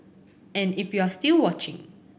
and if you're still watching